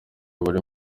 bari